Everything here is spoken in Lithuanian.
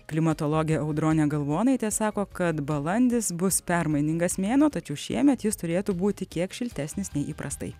klimatologė audronė galvonaitė sako kad balandis bus permainingas mėnuo tačiau šiemet jis turėtų būti kiek šiltesnis nei įprastai